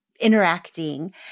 interacting